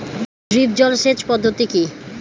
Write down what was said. Drip জল সেচ পদ্ধতি কি?